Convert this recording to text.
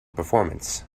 performance